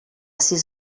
sis